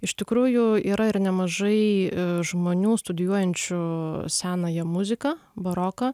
iš tikrųjų yra ir nemažai žmonių studijuojančių senąją muziką baroką